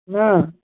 না